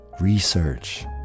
Research